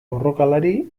borrokalari